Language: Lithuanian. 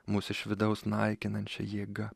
mus iš vidaus naikinančia jėga